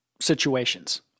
situations